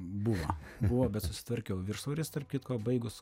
buvo buvo bet susitvarkiau viršsvoris tarp kitko baigus